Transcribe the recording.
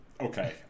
Okay